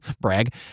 brag